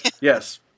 Yes